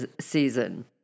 season